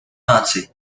наций